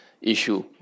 issue